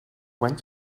went